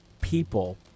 people